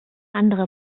andere